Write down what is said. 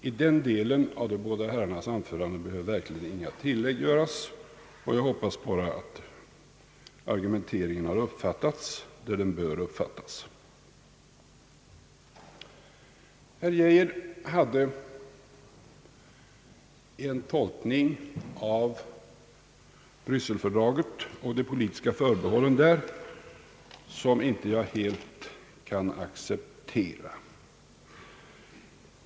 I den delen av de båda herrarnas anföranden behöver verkligen inga tillägg göras. Jag hoppas bara att argumenteringen har uppfattats där den bör uppfattas. Herr Arne Geijer gjorde en tolkning av Bryssel-fördraget och dess politiska förbehåll som jag inte helt kan acceptera.